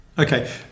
Okay